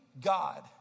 God